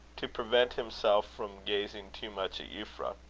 to prevent himself from gazing too much at euphra.